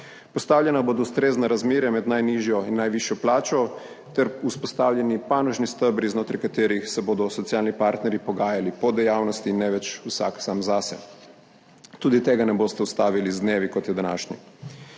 Postavljena bodo ustrezna razmerja med najnižjo in najvišjo plačo ter vzpostavljeni panožni stebri, znotraj katerih se bodo socialni partnerji pogajali po dejavnosti in ne več vsak sam zase. Tudi tega ne boste ustavili z dnevi, kot je današnji.